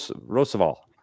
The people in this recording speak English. Roosevelt